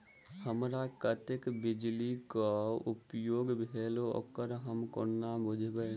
हमरा कत्तेक बिजली कऽ उपयोग भेल ओकर हम कोना बुझबै?